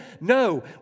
No